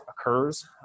occurs